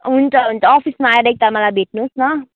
हुन्छ हुन्छ अफिसमा आएर एकताल मलाई भेट्नुहोस् न